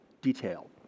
detail